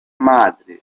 madre